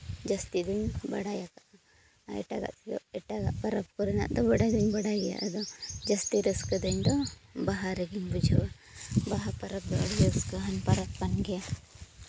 ᱡᱟᱹᱥᱛᱤ ᱫᱚᱧ ᱵᱟᱲᱟᱭ ᱟᱠᱟᱫᱼᱟ ᱟᱨ ᱮᱴᱟᱜᱟᱜ ᱯᱚᱨᱚᱵᱽ ᱠᱚᱨᱮᱱᱟᱜ ᱫᱚ ᱵᱟᱰᱟᱭ ᱫᱚᱧ ᱵᱟᱰᱟᱭ ᱜᱮᱭᱟ ᱟᱫᱚ ᱡᱟᱹᱥᱛᱤ ᱨᱟᱹᱥᱠᱟᱹ ᱫᱚ ᱤᱧᱫᱚ ᱵᱟᱦᱟ ᱨᱮᱜᱮᱧ ᱵᱩᱡᱷᱟᱹᱣᱟ ᱵᱟᱦᱟ ᱯᱚᱨᱚᱵᱽ ᱫᱚ ᱟᱹᱰᱤ ᱨᱟᱹᱥᱠᱟᱹᱣᱟᱱ ᱯᱚᱨᱚᱵᱽ ᱠᱟᱱ ᱜᱮᱟ